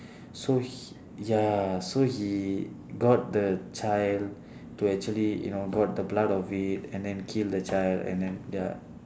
so he ya so he got the child to actually you know got the blood of it and then kill the child and then ya